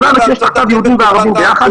הארץ ויש תחתיו יהודים וערבים ביחד -- כן,